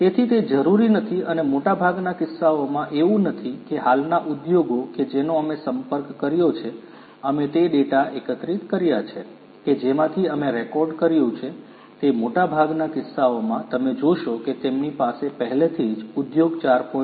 તેથી તે જરૂરી નથી અને મોટાભાગના કિસ્સાઓમાં એવું નથી કે હાલના ઉદ્યોગો કે જેનો અમે સંપર્ક કર્યો છે અમે તે ડેટા એકત્રિત કર્યો છે કે જેમાંથી અમે રેકોર્ડ કર્યો છે તે મોટાભાગના કિસ્સાઓમાં તમે જોશો કે તેમની પાસે પહેલેથી જ ઉદ્યોગ 4